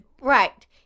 Right